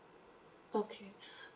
okay